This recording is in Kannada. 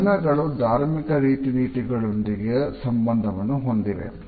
ಬಣ್ಣಗಳು ಧಾರ್ಮಿಕ ರೀತಿ ನೀತಿಗಳೊಂದಿಗೂ ಸಂಬಂಧವನ್ನು ಹೊಂದಿವೆ